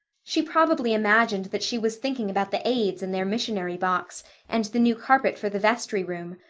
she probably imagined that she was thinking about the aids and their missionary box and the new carpet for the vestry room,